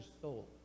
soul